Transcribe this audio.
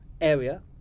area